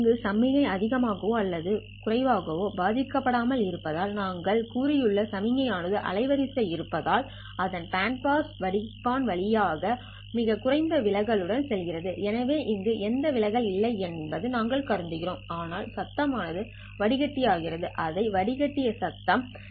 இங்கு சமிக்ஞை அதிகமாகவோ அல்லது குறைவாகவோ பாதிக்கப்படாமல் இருப்பதால் நாங்கள் கூறியுள்ள சமிக்ஞை ஆனது அலைவரிசை இருப்பதால் அது பேண்ட் பாஸ் வடிப்பான் வழியாக மிகக் குறைந்த விலகல் உடன் செல்கிறது எனவே இங்கு எந்த விலகல் இல்லை என்று நாங்கள் கருதுவோம் ஆனால் சத்தம் ஆனது வடிகட்டி ஆகிறது அதை வடிகட்டிய சத்தம் nf